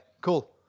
cool